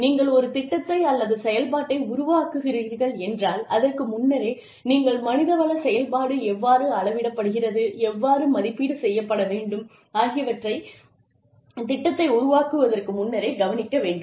நீங்கள் ஒரு திட்டத்தை அல்லது செயல்பாட்டை உருவாக்குகிறீர்கள் என்றால் அதற்கு முன்னரே நீங்கள் மனிதவள செயல்பாடு எவ்வாறு அளவிடப்படுகிறது எவ்வாறு மதிப்பீடு செய்யப்பட வேண்டும் ஆகியவற்றைத் திட்டத்தை உருவாக்குவதற்கு முன்னரே கவனிக்க வேண்டும்